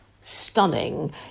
stunning